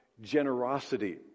generosity